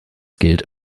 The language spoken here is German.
gilt